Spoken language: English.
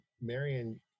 Marion